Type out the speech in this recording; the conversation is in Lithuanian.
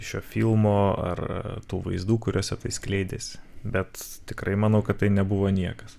šio filmo ar ar tų vaizdų kuriuose tai skleidėsi bet tikrai manau kad tai nebuvo niekas